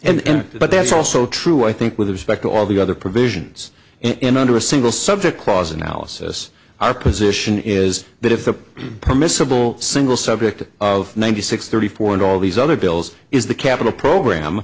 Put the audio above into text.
and but that's also true i think with respect to all the other provisions in under a single subject clause analysis our position is that if the permissible single subject of ninety six thirty four and all these other bills is the capital program